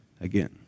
again